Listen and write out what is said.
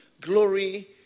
glory